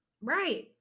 Right